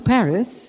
Paris